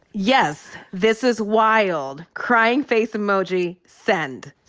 yes. this is wild. crying face emoji, send.